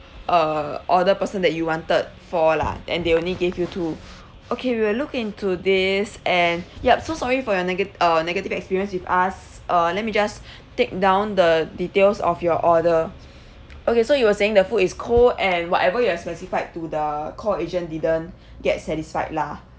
uh order person that you wanted four lah then they only gave you two okay we will look into this and yup so sorry for your negati~ uh negative experience with us uh let me just take down the details of your order okay so you were saying the food is cold and whatever you have specified to the call agent didn't get satisfied lah